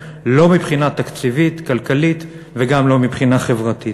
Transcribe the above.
לא מבחינה תקציבית וכלכלית וגם לא מבחינה חברתית.